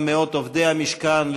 גם מאות עובדי משכן הכנסת,